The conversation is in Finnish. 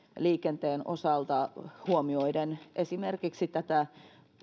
liikenteen osalta huomioiden esimerkiksi tätä